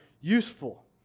useful